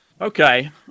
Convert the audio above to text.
Okay